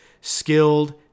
skilled